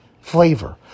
flavor